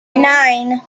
nine